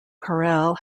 corel